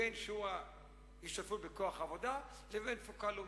בין שיעור ההשתתפות בכוח העבודה ובין התפוקה הלאומית,